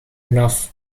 enough